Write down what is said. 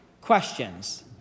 questions